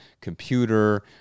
computer